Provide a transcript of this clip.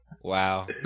Wow